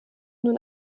nun